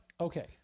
Okay